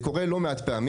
זה קורה לא מעט פעמים.